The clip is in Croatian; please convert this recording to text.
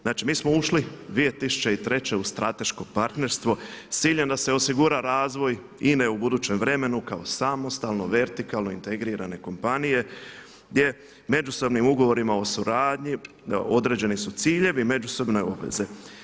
Znači mi smo ušli 2003. u strateško partnerstvo s ciljem da se osigura razvoj INA-e u budućem vremenu kao samostalno vertikalno integrirane kompanije gdje međusobnim ugovorima o suradnji određeni su ciljevi i međusobne obveze.